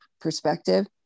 perspective